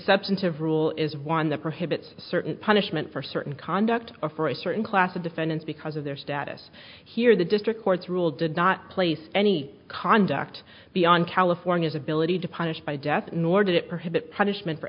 substantive rule is one that prohibits certain punishment for certain conduct or for a certain class of defendants because of their status here the district courts rule did not place any conduct beyond california's ability to punish by death nor did it perhaps it punishment for